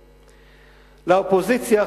לאופוזיציה,